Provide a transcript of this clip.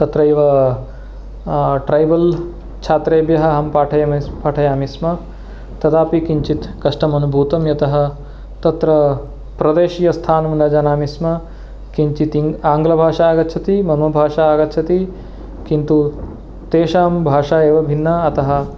तत्रैव ट्रैबल् छात्रेभ्यः अहं पाठयामि पाठयामिस्म तदापि किञ्चित् कष्टमनुभूतं यतः तत्र प्रदेशीयस्थानं न जानामिस्म किञ्चित् आङ्ग्लभाषा आगच्छति मम भाषा आगच्छति किन्तु तेषां भाषा एव भिन्ना अतः